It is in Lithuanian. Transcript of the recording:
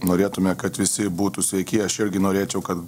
norėtumėme kad visi būtų sveiki aš irgi norėčiau kad